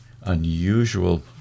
unusual